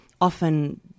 often